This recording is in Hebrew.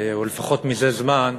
או לפחות זה זמן,